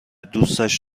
دوستش